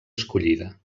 escollida